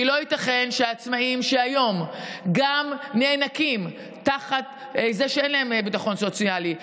כי לא ייתכן שעצמאים היום גם נאנקים תחת זה שאין להם ביטחון סוציאלי,